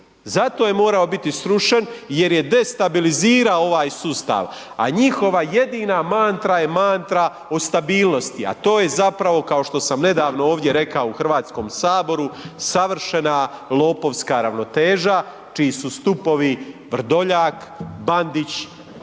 Zato je morao biti srušen jer je destabilizirao ovaj sustav, a njihova jedina mantra je mantra o stabilnosti, a to je zapravo kao što sam nedavno ovdje rekao u Hrvatskom saboru savršena lopovska ravnoteža čiji su stupovi Vrdoljak, Bandić, SAucha i